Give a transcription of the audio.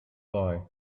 boy